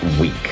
week